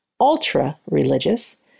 ultra-religious